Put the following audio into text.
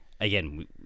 again